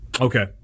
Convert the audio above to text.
okay